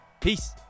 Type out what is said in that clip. Peace